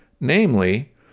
Namely